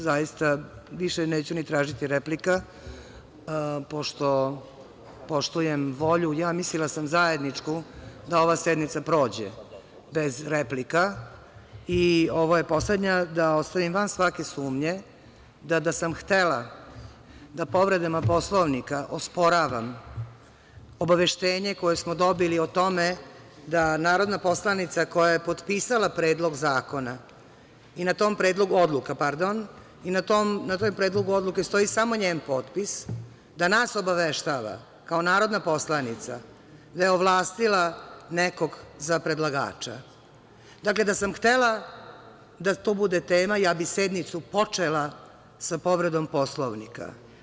Zaista, više neću ni tražiti replika, pošto poštujem volju, mislila sam zajedničku, da ova sednica prođe bez replika i ovo je poslednja, da ostavim van svake sumnje da da sam htela da povredama Poslovnika osporavam obaveštenje koje smo dobili o tome da narodna poslanica koja je potpisala predlog odluka i na tom predlogu odluke stoji samo njen potpis, da nas obaveštava kao narodna poslanica da je ovlastila nekog za predlagača, dakle, da sam htela da to bude tema, ja bih sednicu počela sa povredom Poslovnika.